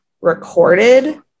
recorded